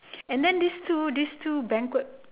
and then these two these two banquet